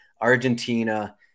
Argentina